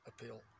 appeal